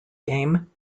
game